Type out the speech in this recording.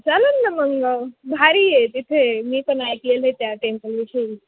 चालेल ना मग भारी आहे तिथे मी पण ऐकलेलं आहे त्या टेंपलविषयी